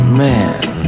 man